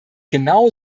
genau